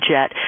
Jet